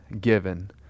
given